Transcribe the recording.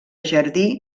jardí